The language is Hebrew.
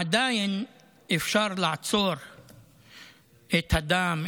עדיין אפשר לעצור את הדם,